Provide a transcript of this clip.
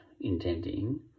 intending